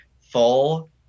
full